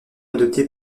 adopté